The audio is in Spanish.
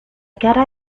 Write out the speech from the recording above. cara